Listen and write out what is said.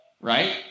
right